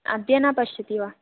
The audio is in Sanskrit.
अद्य न पश्यति वा